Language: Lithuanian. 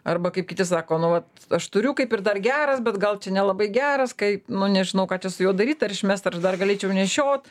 arba kaip kiti sako nu vat aš turiu kaip ir dar geras bet gal čia nelabai geras kaip nu nežinau ką čia su juo daryt ar išmest ar dar galėčiau nešiot